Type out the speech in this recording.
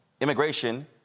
immigration